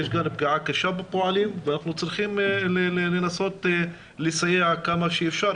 יש כאן פגיעה קשה בפועלים ואנחנו צריכים לנסות לסייע כמה שאפשר,